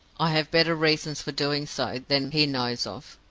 i have better reasons for doing so than he knows of.